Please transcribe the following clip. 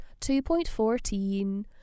2.14